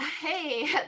hey